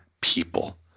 people